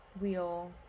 wheel